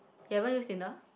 you haven't use Tinder